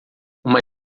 uma